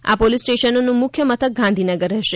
આ પોલીસ સ્ટેશનોનું મુખ્યમથક ગાંધીનગર રહેશે